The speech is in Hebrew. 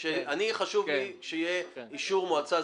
לי חשוב שיהיה אישור מועצה,